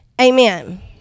amen